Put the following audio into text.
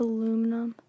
Aluminum